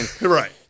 right